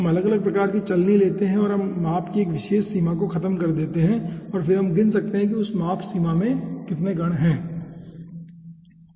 हम अलग अलग आकार की छलनी लेते हैं और हम माप की एक विशेष सीमा को खत्म कर देते हैं और फिर हम गिन सकते हैं कि उस माप सीमा में कितने कण हैं ठीक है